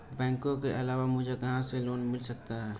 बैंकों के अलावा मुझे कहां से लोंन मिल सकता है?